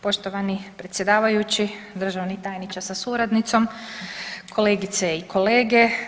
Poštovani predsjedavajući, državni tajniče sa suradnicom, kolegice i kolege.